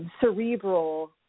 cerebral